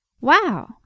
Wow